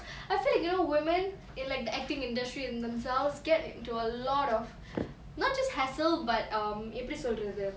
I feel like you know women in like the acting industry in themselves get into a lot of not just hassle but um எப்டி சொல்ரது:epdi solrathu